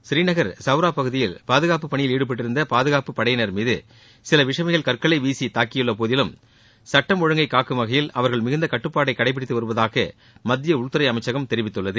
ஸ்ரீநகர் சௌரா பகுதியில் பாதுகாப்பு பணியில் ஈடுபட்டிருந்த பாதுகாப்புப் படையினர் மீது சில விஷமிகள் கற்களை வீசி தாக்கியபோதிலும் சுட்டம் ஒழுங்கை காக்கும் வகையில் அவர்கள் மிகுந்த கட்டுப்பாட்டை கடைபிடித்து வருவதாக மத்திய உள்துறை அமைச்சகம் தெரிவித்துள்ளது